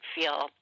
feel